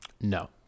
No